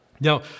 Now